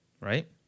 right